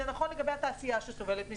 זה נכון לגבי התעשייה שסובלת מזה,